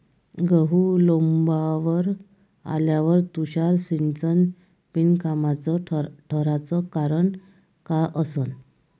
गहू लोम्बावर आल्यावर तुषार सिंचन बिनकामाचं ठराचं कारन का असन?